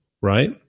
right